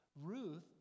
Ruth